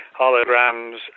holograms